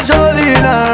Jolina